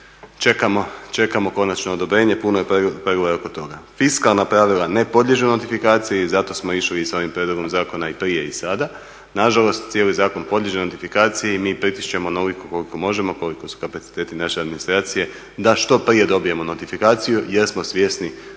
čekamo konačno odobrenje, puno je pregovora oko toga. Fiskalna pravila ne podliježu notifikaciji i zato smo išli i s ovim prijedlogom zakona i prije i sada. Nažalost, cijeli zakon podliježe notifikaciji i mi pritišćemo onoliko koliko možemo, koliko su kapaciteti naše administracije da što prije dobijemo notifikaciju jer smo svjesni